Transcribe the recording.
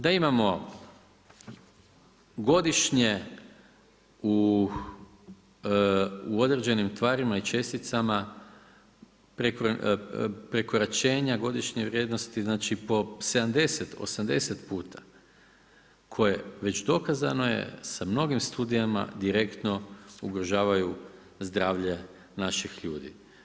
Da imamo godišnje u određenim tvarima i česticama prekoračenja godišnje vrijednosti, znači po 70, 80 puta koje, već dokazano je sa mnogim studijama direktno ugrožavaju zdravlje naših ljudi.